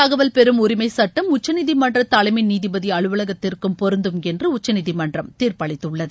தகவல் பெறும் உரிமைச்சுட்டம் உச்சநீதிமன்ற தலைமை நீதிபதி அலுவலகத்திற்கும் பொருந்தும் என்று உச்சநீதிமன்றம் தீர்ப்பளித்துள்ளது